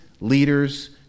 leaders